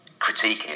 critiquing